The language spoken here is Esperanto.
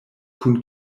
kun